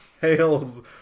hails